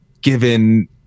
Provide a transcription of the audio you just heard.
given